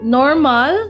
normal